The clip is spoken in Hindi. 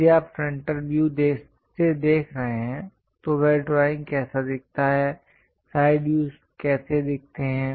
यदि आप फ्रंटल व्यू से देख रहे हैं तो वह ड्राइंग कैसा दिखता है साइड व्यूज कैसे दिखते हैं